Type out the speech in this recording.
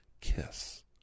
kiss